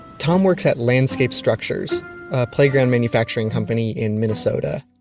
tom works at landscape structures, a playground manufacturing company in minnesota,